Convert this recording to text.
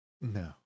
no